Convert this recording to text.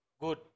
Good